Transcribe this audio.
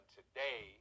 today